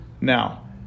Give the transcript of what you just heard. now